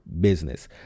business